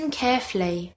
carefully